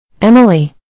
Emily